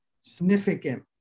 significant